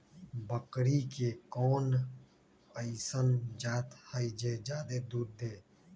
बकरी के कोन अइसन जात हई जे जादे दूध दे?